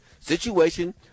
situation